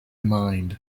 mind